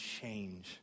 change